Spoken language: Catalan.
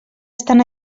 estan